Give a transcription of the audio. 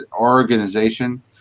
organization